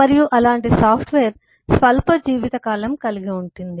మరియు అలాంటి సాఫ్ట్వేర్ స్వల్ప జీవితకాలం కలిగి ఉంటుంది